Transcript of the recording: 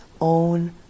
own